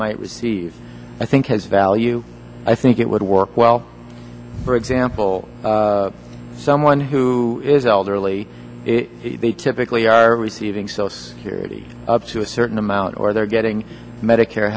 might receive i think has value i think it would work well for example someone who is elderly typically are receiving social security up to a certain amount or they're getting medicare